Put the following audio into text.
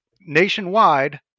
Nationwide